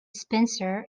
spencer